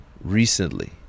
recently